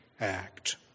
act